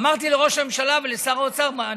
אמרתי לראש הממשלה ולשר האוצר: מה,